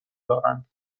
دارند